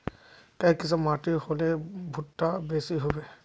काई किसम माटी होले भुट्टा बेसी होबे?